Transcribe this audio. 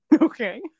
Okay